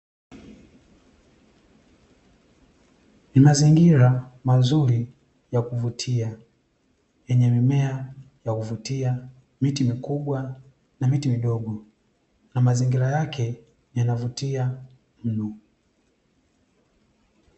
Ni mazingira mazuri ya kuvutia, yenye mimea ya kuvutia, miti mikubwa na miti midogo, na mazingira yake yanavutia